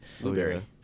blueberry